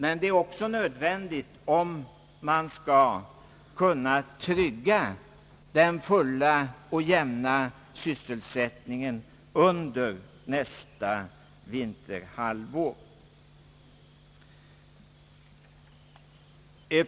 Men det är också nödvändigt om man skall kunna trygga den fulla och jämna sysselsättningen under nästa vinterhalvår.